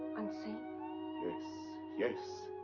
unseen? yes, yes!